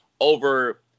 over